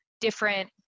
different